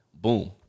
Boom